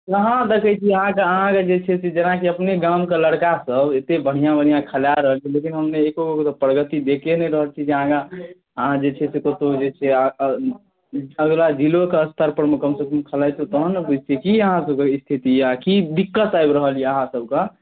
कहाँ देखे छी अहाँके अहाँके जे छै से जेनाकि अपने गामके लड़कासब एतेक बढ़िआँ बढ़िआँ खेला रहल छै लेकिन ओहिमे एकोगोके प्रगति देखिए नहि रहल छी अहाँ जे छै से कतहु जे छै अहाँ जिलोके स्तरपर कमसँ कम खेलैतहुँ तहन ने बुझतिए कि अहाँसबके स्थिति अइ कि दिक्कत आबि रहल अइ अहाँसबके